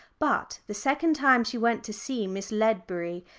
but the second time she went to see miss ledbury,